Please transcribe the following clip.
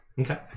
Okay